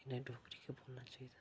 इ'नें डोगरी गै बोलना चाहिदा